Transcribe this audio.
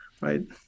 right